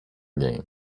game